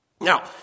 Now